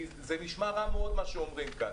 זה נשמע רע מאוד מה שאומרים כאן.